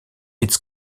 its